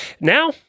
Now